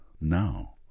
now